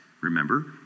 remember